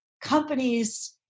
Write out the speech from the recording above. companies